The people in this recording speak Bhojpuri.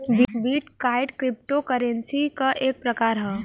बिट कॉइन क्रिप्टो करेंसी क एक प्रकार हौ